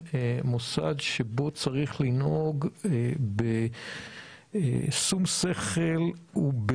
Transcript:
מוסד שבו צריך לנהוג בשום שכל ובמסורה,